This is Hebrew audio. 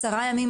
10 ימים,